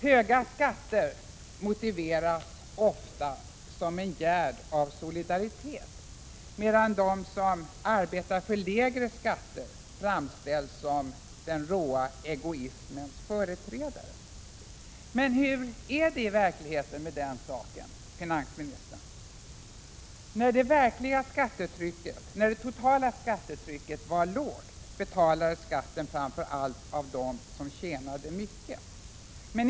Höga skatter framställs ofta som en gärd av solidaritet, medan de som arbetar för lägre skatter framställs som den råa egoismens företrädare. Men hur är det i verkligheten med den saken, finansministern? När det totala skattetrycket var lågt betalades skatten framför allt av dem som tjänade mycket.